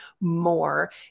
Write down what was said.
more